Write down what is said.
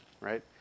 right